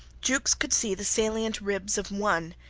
jukes could see the salient ribs of one,